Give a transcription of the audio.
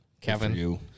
Kevin